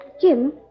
Jim